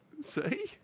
See